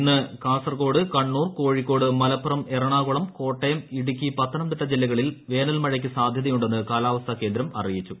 ഇന്ന് കാസർകോട് കണ്ണൂർ കോഴിക്കോട് മലപ്പുറം എറണാകുളം കോട്ടിയും ഇടുക്കി പത്തനംതിട്ട ജില്ലകളിൽ വേനൽമഴയ്ക്ക് സാധ്യതയുട്ടണ്ട്സ് ്കാലാവസ്ഥാ കേന്ദ്രം അറിയിച്ചു